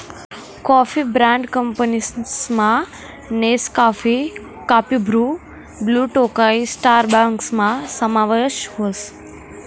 coffee brand कंपनीसमा Nescafe, coffee Bru, Blue Tokai स्टारबक्सना समावेश व्हस